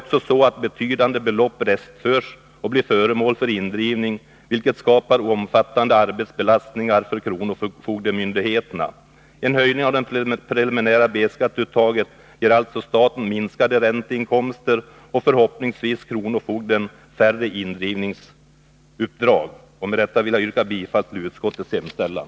Betydande belopp restförs också och blir föremål för indrivning, vilket skapar omfattande arbetsbelastningar för kronofogdemyndigheterna. En höjning av det preliminära B-skatteuttaget ger alltså staten minskade ränteinkomster och förhoppningsvis kronofogden färre indrivningsuppdrag. Med detta vill jag yrka bifall till utskottets hemställan.